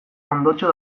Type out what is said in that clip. ondotxo